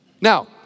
Now